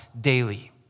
daily